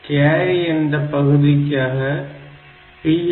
carry என்ற பகுதிக்காக PSW